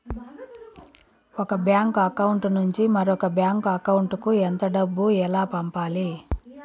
ఒక bank account నుంచి మరొక బ్యాంకు అకౌంట్ కు ఎంత డబ్బు ఎలా పంపాలి